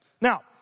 now